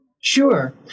Sure